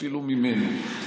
אפילו ממני.